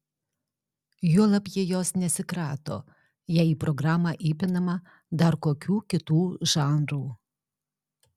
juolab jie jos nesikrato jei į programą įpinama dar kokių kitų žanrų